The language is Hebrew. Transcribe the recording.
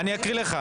לוועדה זה הגיע,